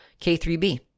K3B